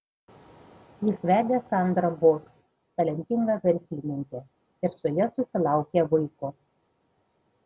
jis vedė sandrą boss talentingą verslininkę ir su ja susilaukė vaiko